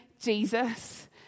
Jesus